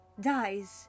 dies